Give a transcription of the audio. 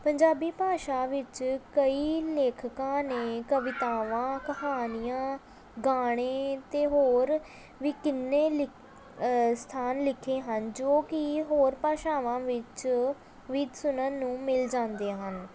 ਪੰਜਾਬੀ ਭਾਸ਼ਾ ਵਿੱਚ ਕਈ ਲੇਖਕਾਂ ਨੇ ਕਵਿਤਾਵਾਂ ਕਹਾਣੀਆਂ ਗਾਣੇ ਅਤੇ ਹੋਰ ਵੀ ਕਿੰਨੇ ਲਿ ਸਥਾਨ ਲਿਖੇ ਹਨ ਜੋ ਕਿ ਹੋਰ ਭਾਸ਼ਾਵਾਂ ਵਿੱਚ ਵੀ ਸੁਣਨ ਨੂੰ ਮਿਲ ਜਾਂਦੇ ਹਨ